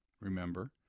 remember